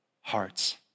hearts